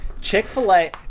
Chick-fil-A